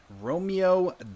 Romeo